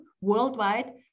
worldwide